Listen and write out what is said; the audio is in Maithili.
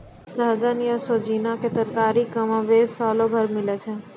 सहजन या सोजीना रो तरकारी कमोबेश सालो भर मिलै छै